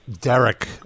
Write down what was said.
Derek